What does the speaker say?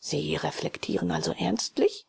sie reflektieren also ernstlich